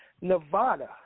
nevada